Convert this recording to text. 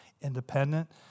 independent